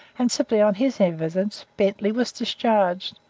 principally on his evidence bentley was discharged,